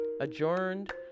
adjourned